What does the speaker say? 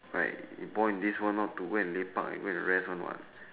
right you born in this world not to lepak and go and rest one what